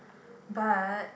but